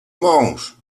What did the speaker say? mąż